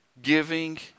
giving